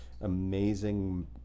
amazing